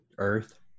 Earth